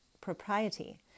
propriety